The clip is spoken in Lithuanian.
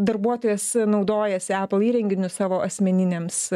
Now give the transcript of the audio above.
darbuotojas naudojasi apple įrenginiu savo asmeninėms